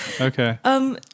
Okay